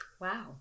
Wow